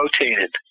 rotated